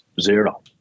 zero